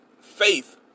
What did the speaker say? faith